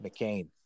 McCain